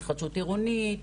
התחדשות עירונית,